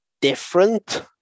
different